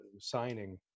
signing